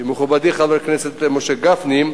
מכובדי חבר הכנסת משה גפני,